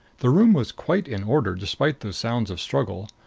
the room was quite in order, despite those sounds of struggle.